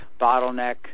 bottleneck